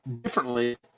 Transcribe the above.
differently